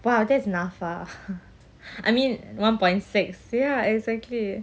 !wah! that is NAPFA I mean one point six ya exactly